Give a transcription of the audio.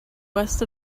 west